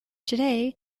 today